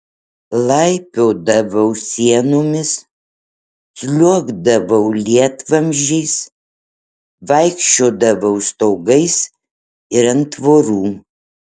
laipiodavau sienomis sliuogdavau lietvamzdžiais vaikščiodavau stogais ir ant tvorų